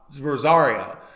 Rosario